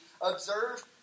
observe